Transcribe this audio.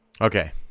Okay